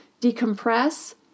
decompress